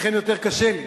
לכן יותר קשה לי.